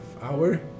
hour